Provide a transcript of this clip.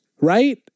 right